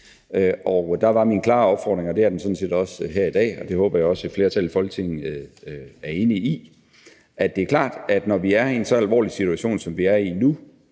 og der var der en klar opfordring. Og det er der sådan set også her i dag, og det håber jeg et flertal i Folketinget er enig i. For det er klart, at vi er i en alvorlig situation nu. Når vi med